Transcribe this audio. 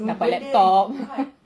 dapat laptop